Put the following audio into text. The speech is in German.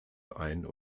ein